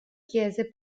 chiese